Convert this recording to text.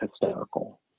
hysterical